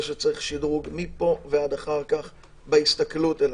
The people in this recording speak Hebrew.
שצריך שדרוג מפה ועד אחר כך בהסתכלות עליו.